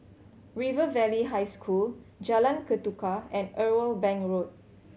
River Valley High School Jalan Ketuka and Irwell Bank Road